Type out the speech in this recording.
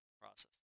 process